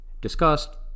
discussed